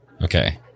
Okay